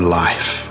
life